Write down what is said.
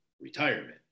retirement